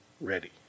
ready